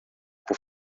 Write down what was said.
por